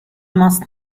must